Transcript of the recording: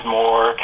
more